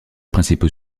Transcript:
principaux